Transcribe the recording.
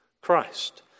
Christ